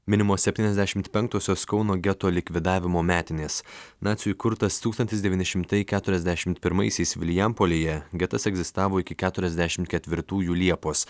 minimos septyniasdešimt penktosios kauno geto likvidavimo metinės nacių įkurtas tūkstantis devyni šimtai keturiasdešimt pirmaisiais vilijampolėje getas egzistavo iki keturiasdešimt ketvirtųjų liepos